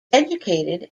educated